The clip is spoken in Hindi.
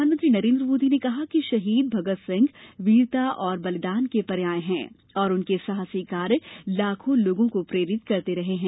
प्रधानमंत्री नरेंद्र मोदी ने कहा कि शहीद भगत सिंह वीरता और बलिदान के पर्याय हैं और उनके साहसी कार्य लाखों लोगों को प्रेरित करते रहे हैं